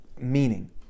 meaning